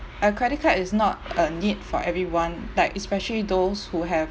a credit card is not a need for everyone like especially those who have